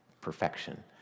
perfection